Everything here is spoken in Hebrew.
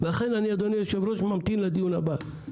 לכן, אדוני היושב-ראש, אני ממתין לדיון הבא.